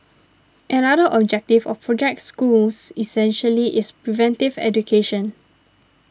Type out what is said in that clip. another objective of Project Schools essentially is preventive education